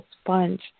sponge